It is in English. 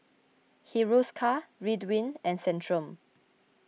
Hiruscar Ridwind and Centrum